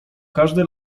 każdy